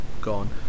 gone